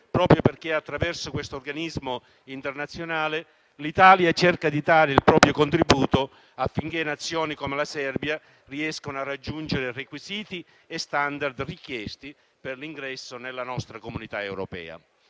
proprio perché, attraverso questo organismo internazionale, l'Italia cerca di dare il proprio contributo affinché Nazioni come la Serbia riescano a raggiungere i requisiti e gli *standard* richiesti per l'ingresso nella nostra Unione europea.